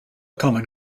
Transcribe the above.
common